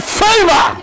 favor